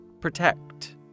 protect